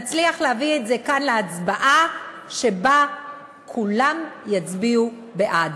נצליח להביא את זה לכאן להצבעה שבה כולם יצביעו בעד.